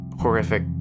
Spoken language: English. horrific